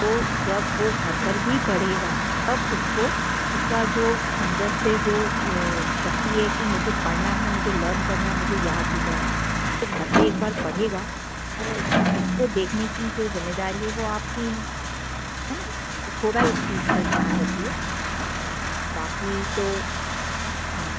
तो जब वो घर पर भी पढ़ेगा तब उसको उसका जो अंदर से जो ये शक्ति है कि मुझे पढ़ना है मुझे लर्न करना है मुझे याद हो जाएगा तो घर पर एक बार पढ़ेगा तो उसको देखने की जो ज़िम्मेदारी है वो आपकी है है न तो थोड़ा इस चीज़ पर ध्यान रखिए है न बाकी तो हाँ